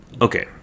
Okay